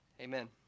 Amen